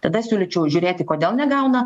tada siūlyčiau žiūrėti kodėl negauna